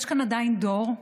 יש כאן עדיין דור,